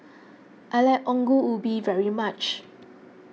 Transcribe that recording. I like Ongol Ubi very much